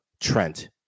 Trent